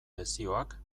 lezioak